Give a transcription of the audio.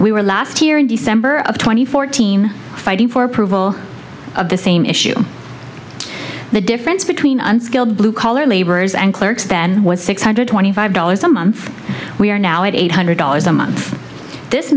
we were last here in december of two thousand and fourteen fighting for approval of the same issue the difference between unskilled blue collar laborers and clerks then was six hundred twenty five dollars a month we are now at eight hundred dollars a month this